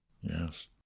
Yes